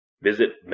Visit